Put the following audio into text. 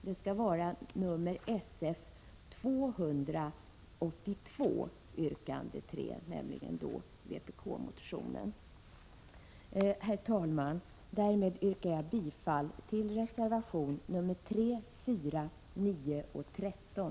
Det skall vara Sf282 yrkande 3. Herr talman! Därmed yrkar jag bifall till reservationerna 3, 4, 9 och 13.